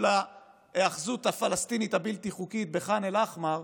ההיאחזות הפלסטינית הבלתי-חוקית בח'אן אל-אחמר,